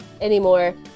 anymore